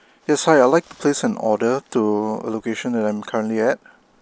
yes hi I would like to place an order to the location I'm currently at